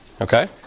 Okay